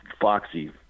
Foxy